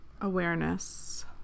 awareness